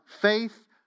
faith